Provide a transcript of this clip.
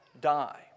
die